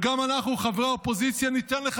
וגם אנחנו חברי האופוזיציה ניתן לך